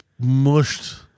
mushed